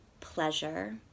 pleasure